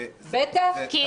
בטח.